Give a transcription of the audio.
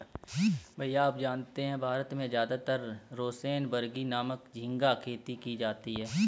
भैया आप जानते हैं भारत में ज्यादातर रोसेनबर्गी नामक झिंगा खेती की जाती है